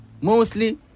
mostly